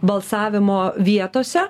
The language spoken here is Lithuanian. balsavimo vietose